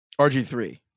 RG3